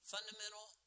Fundamental